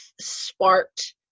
sparked